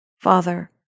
Father